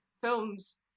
films